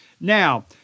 Now